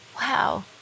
Wow